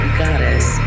goddess